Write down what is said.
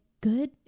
good